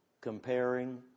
comparing